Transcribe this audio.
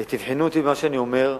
תבחנו אותי במה שאני אומר.